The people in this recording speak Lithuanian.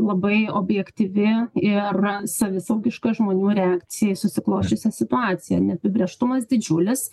labai objektyvi ir savisaugiška žmonių reakcija į susiklosčiusią situaciją neapibrėžtumas didžiulis